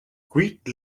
greek